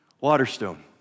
Waterstone